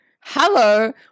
Hello